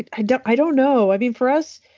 i don't i don't know. i mean, for us,